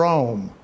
Rome